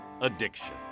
addiction